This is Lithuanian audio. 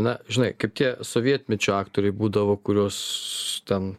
na žinai kaip tie sovietmečio aktoriai būdavo kuriuos ten